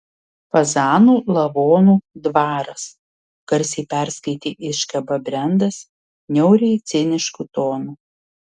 fazanų lavonų dvaras garsiai perskaitė iškabą brendas niauriai cinišku tonu